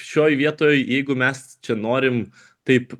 šioj vietoj jeigu mes čia norim taip